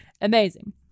Amazing